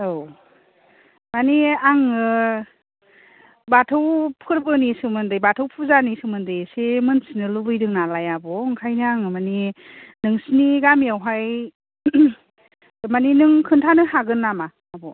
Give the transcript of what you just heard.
औ माने आङो बाथौ फोरबोनि सोमोन्दै बाथौ फुजानि सोमोन्दै एसे मोन्थिनो लुबैदों नालाय आब' ओंखायनो आङो माने नोंसोरनि गामियावहाय माने नों खोन्थानो हागोन नामा आब'